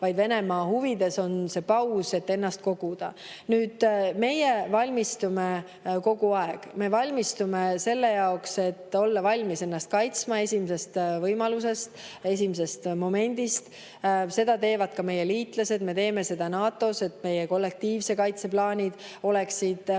oleks Venemaa huvides, et ta saaks ennast koguda. Nüüd, meie valmistume kogu aeg. Me valmistume selleks, et olla valmis ennast kaitsma esimesel võimalusel, esimesest momendist. Seda teevad ka meie liitlased. Me teeme seda NATO-s, et meie kollektiivse kaitse plaanid toimiksid.